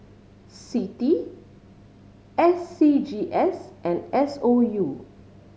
CITI S C G S and S O U